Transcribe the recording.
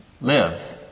Live